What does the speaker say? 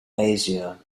azure